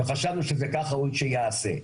חשבתי שכך ראוי שזה ייעשה.